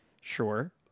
Sure